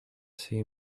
see